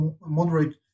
moderate